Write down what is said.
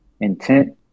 intent